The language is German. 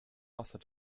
wasser